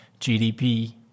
GDP